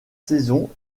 saisons